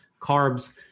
carbs